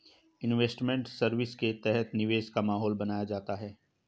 investment service के तहत निवेश का माहौल बनाया जाता है